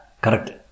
correct